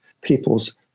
people's